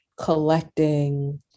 collecting